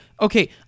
Okay